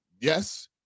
Yes